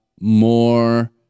More